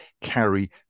carry